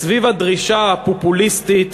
סביב הדרישה הפופוליסטית,